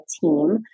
team